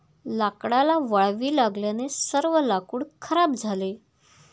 लाकडाला वाळवी लागल्याने सर्व लाकूड खराब झाले